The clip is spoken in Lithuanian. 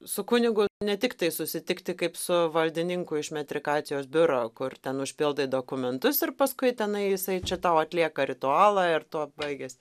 su kunigu ne tiktai susitikti kaip su valdininku iš metrikacijos biuro kur ten užpildai dokumentus ir paskui tenai jisai čia tau atlieka ritualą ir tuo baigias